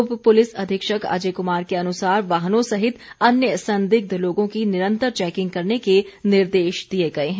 उप पुलिस अधीक्षक अजय कुमार के अनुसार वाहनों सहित अन्य संदिग्ध लोगों की निरंतर चैकिंग करने के निर्देश दिए गए हैं